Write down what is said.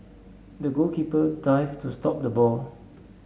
the goalkeeper dived to stop the ball